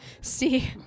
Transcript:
see